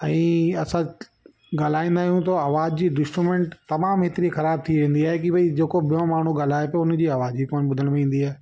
अईं असां ॻाल्हाईंदा आहियूं त आवाज ई डिस्टरुमेंट तमामु एतिरी ख़राब थी वेंदी आहे की ॿई जेको ॿियो माण्हूं ॻाल्हाए पियो उन जी आवाज ई कोन ॿुधण में ईंदी आहे